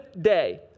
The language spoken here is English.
day